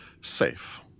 safe